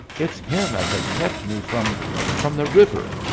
it's him as has kept me from from the river!